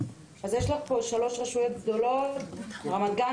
יש לך פה שלוש רשויות גדולות: רמת גן,